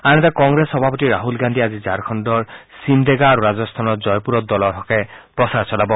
আনহাতে কংগ্ৰেছ সভাপতি ৰাহুল গান্ধীয়ে আজি ঝাৰখণ্ডৰ চিমদেগা আৰু ৰাজস্থানৰ জয়পূৰত দলৰ হকে প্ৰচাৰ চলাব